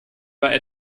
bei